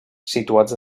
situats